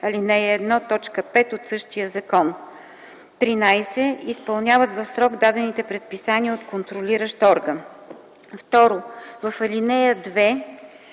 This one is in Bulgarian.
ал. 1, т. 5 от същия закон; 13. изпълняват в срок дадените предписания от контролиращ орган.” 2. В ал. 2: